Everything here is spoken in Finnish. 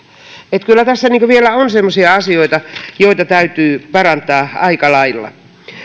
että kyllä tässä vielä on semmoisia asioita joita täytyy parantaa aika lailla